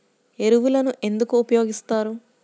ఎరువులను ఎందుకు ఉపయోగిస్తారు?